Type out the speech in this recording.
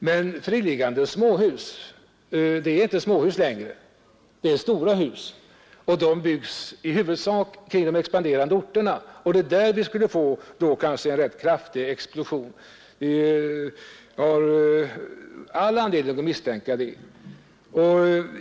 Men friliggande småhus, det är inte längre småhus — det är stora hus. Och de byggs i huvudsak på de expanderande orterna, och det är där vi då — vi har all anledning att misstänka det — skulle få en kanske rätt kraftig explosion.